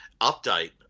Update